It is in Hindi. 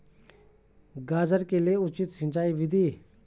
गाजर के लिए उचित सिंचाई विधि?